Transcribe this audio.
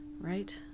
Right